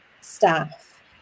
staff